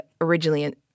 originally